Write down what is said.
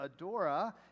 Adora